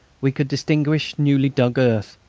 we could distinguish newly-dug earth,